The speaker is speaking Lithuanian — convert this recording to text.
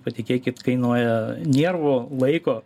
patikėkit kainuoja niervų laiko